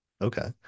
Okay